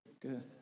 Good